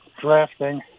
drafting